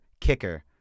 kicker